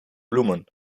bloemen